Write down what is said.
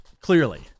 Clearly